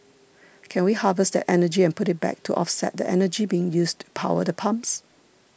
can we harvest that energy and put it back to offset the energy being used power the pumps